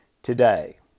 today